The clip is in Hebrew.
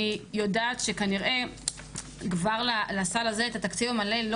אני יודעת שכנראה כבר לסל הזה את התקציב המלא לא